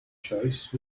choice